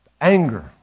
anger